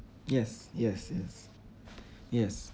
yes yes yes yes